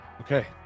Okay